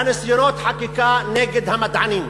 לניסיונות חקיקה נגד המדענים,